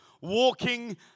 Walking